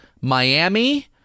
miami